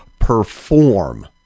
perform